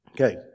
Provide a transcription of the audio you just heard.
Okay